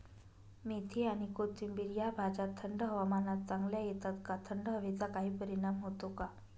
मेथी आणि कोथिंबिर या भाज्या थंड हवामानात चांगल्या येतात का? थंड हवेचा काही परिणाम होतो का?